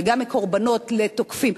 וגם מקורבנות לתוקפים,